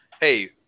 hey